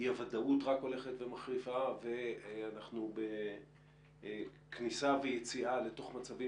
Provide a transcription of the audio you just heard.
אי הוודאות הולכת ומחריפה ואנחנו בכניסה ויציאה לתוך מצבים